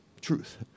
Truth